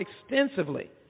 extensively